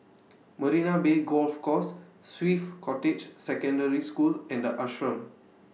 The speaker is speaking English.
Marina Bay Golf Course Swiss Cottage Secondary School and The Ashram